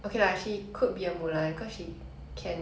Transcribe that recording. professional at 古装戏 like she quite